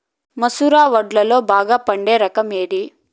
మసూర వడ్లులో బాగా పండే రకం ఏది?